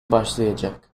başlayacak